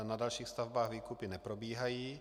Na dalších stavbách výkupy neprobíhají.